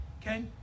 okay